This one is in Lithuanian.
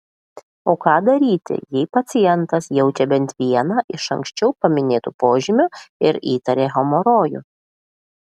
o ką daryti jei pacientas jaučia bent vieną iš anksčiau paminėtų požymių ir įtaria hemorojų